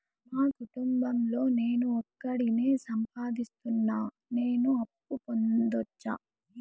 మా కుటుంబం లో నేను ఒకడినే సంపాదిస్తున్నా నేను అప్పు పొందొచ్చా